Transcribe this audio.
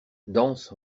danse